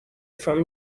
from